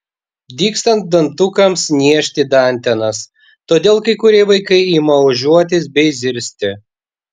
dygstant dantukams niežti dantenas todėl kai kurie vaikai ima ožiuotis bei zirzti